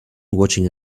watching